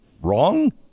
wrong